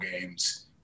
games